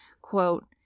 quote